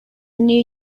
knew